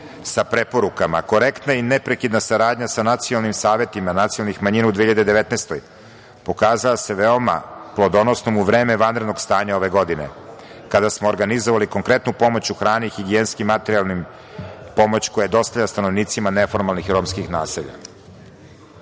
sa preporukama. Korektna i neprekidna saradnja sa nacionalnim savetima nacionalnih manjina u 2019. godini pokazala se veoma plodonosnom u vreme vanrednog stanja ove godine, kada smo organizovali konkretnu pomoć u hrani i higijenski materijalnu pomoć, koja je dostavljena stanovnicima neformalnih romskih naselja. Meni